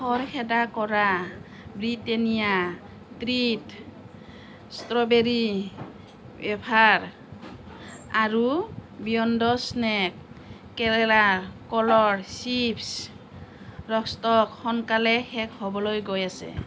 খৰখেদা কৰা Britannia treat strawberry wafer আৰু বিয়ণ্ড স্নেক কেৰেলাৰ কলৰ চিপ্ছৰ ষ্টক সোনকালে শেষ হ'বলৈ গৈ আছে